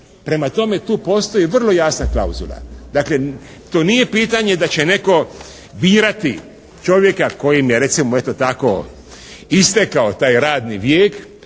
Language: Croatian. Prema tome, tu postoji vrlo jasna klauzula. Dakle, to nije pitanje da će netko birati čovjeka kojem je eto tako istekao taj radni vijek,